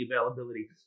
availability